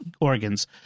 organs